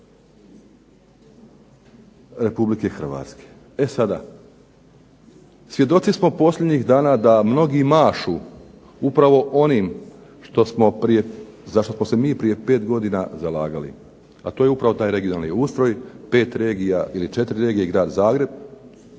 Republike Hrvatske. E sada svjedoci smo posljednjih dana da mnogi mašu upravo onim za što smo se mi prije 5 godina zalagali, a to je upravo taj regionalni ustroj, pet regija ili četiri regije i Grad Zagreb.